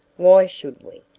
why should we?